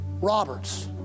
Roberts